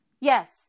Yes